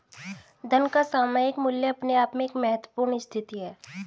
धन का सामयिक मूल्य अपने आप में एक महत्वपूर्ण स्थिति है